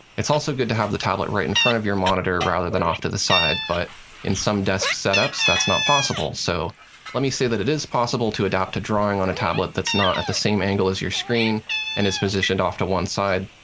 it's also good to have the tablet right in front of your monitor rather than off to the side, but in some desk setups, that's not possible. so let me say that it is possible to adapt to drawing on a tablet that's not at the same angle as your screen and is positioned off to one side,